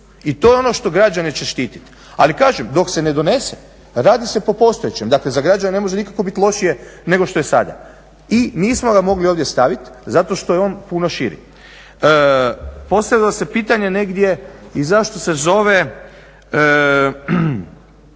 I to je ono što građane će štiti. Ali kažem, dok se ne donese, radi se po postojećem, dakle za građene ne može nikako biti lošije nego što je sada. I nismo ga mogli ovdje stavit zato što je on puno širi. Postavilo se pitanje negdje i zašto se zove,